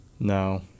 No